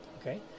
okay